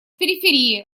периферии